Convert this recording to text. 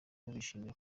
bishimira